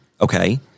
Okay